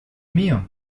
mío